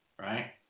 right